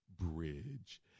bridge